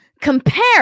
compare